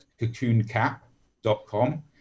cocooncap.com